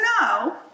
no